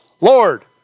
Lord